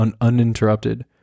uninterrupted